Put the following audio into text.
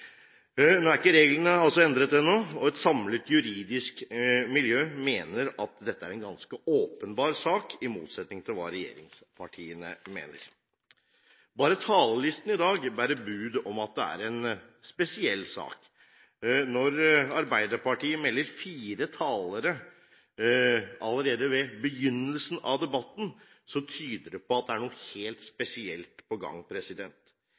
Nå er reglene altså ikke endret ennå, og et samlet juridisk miljø mener at dette er en ganske åpenbar sak – i motsetning til hva regjeringspartiene mener. Bare talerlisten i dag bærer bud om at dette er en spesiell sak. Når Arbeiderpartiet melder fire talere allerede ved begynnelsen av debatten, tyder det på at det er noe helt spesielt på gang.